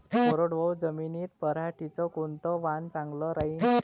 कोरडवाहू जमीनीत पऱ्हाटीचं कोनतं वान चांगलं रायीन?